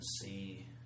see